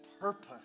purpose